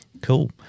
Cool